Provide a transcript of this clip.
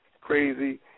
crazy